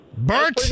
Bert